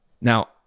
Now